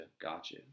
Gotcha